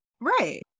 Right